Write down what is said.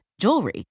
jewelry